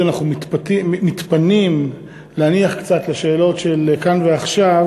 אנחנו מתפנים להניח קצת לשאלות של כאן ועכשיו,